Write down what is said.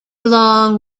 long